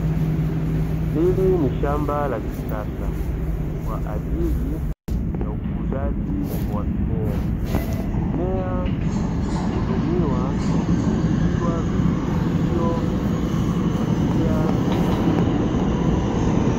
Hili ni shamba la kisasa kwaajili ya ukuzaji wa mimea. Mimea uhudumiwa kwa kulishwa virutubisho kwa njia ya mipira.